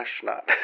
astronaut